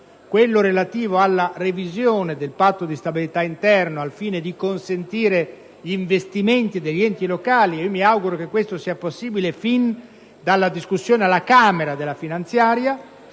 quello relativo alla revisione del Patto di stabilità interno, al fine di consentire gli investimenti degli enti locali (mi auguro che questo sia possibile fin dalla discussione alla Camera dei deputati